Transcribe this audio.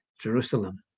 Jerusalem